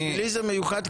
בשבילי זה מיוחד,